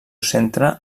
centre